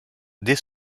dès